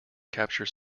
capture